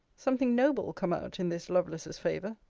something noble come out in this lovelace's favour.